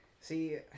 see